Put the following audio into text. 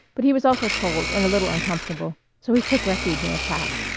but he was also cold and a little uncomfortable, so he took refuge in attack.